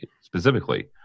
specifically